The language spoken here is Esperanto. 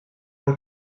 por